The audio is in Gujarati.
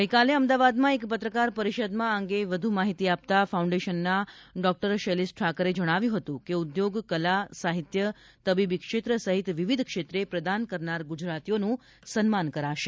ગઇકાલે અમદાવાદમાં એક પત્રકાર પરિષદમાં આ અંગે વ્ધુ માહિતી આપતાં ફાઉન્ડેશનના ડોક્ટર શૈલેષ ઠાકરે જણાવ્યું હતું કે ઉદ્યોગ કલા સાહિત્ય તબીબી ક્ષેત્ર સહિત વિવિધ ક્ષેત્રે પ્રદાન કરનાર ગુજરાતીઓનું સન્માન કરાશે